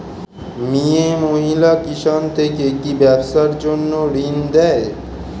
মিয়ে মহিলা কিষান থেকে কি ব্যবসার জন্য ঋন দেয়?